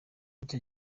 icyo